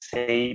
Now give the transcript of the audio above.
Say